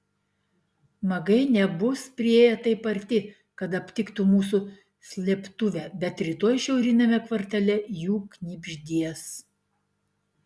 magai nebus priėję taip arti kad aptiktų mūsų slėptuvę bet rytoj šiauriniame kvartale jų knibždės